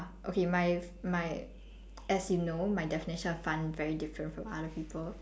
okay my my as you know my definition of fun very different from other people